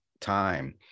time